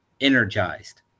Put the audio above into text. energized